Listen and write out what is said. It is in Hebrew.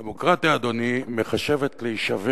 דמוקרטיה, אדוני, מחשבת להישבר